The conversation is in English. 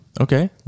Okay